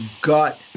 gut